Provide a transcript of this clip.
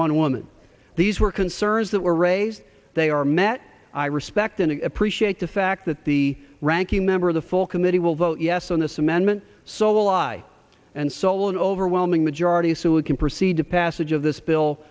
one woman these were concerns that were raised they are met i respect and appreciate the fact that the ranking member of the full committee will vote yes on this amendment so why and soul an overwhelming majority so we can proceed to passage of this bill